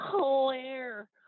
Claire